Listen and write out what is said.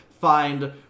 find